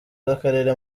bw’akarere